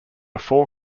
four